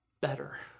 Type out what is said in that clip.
better